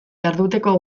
jarduteko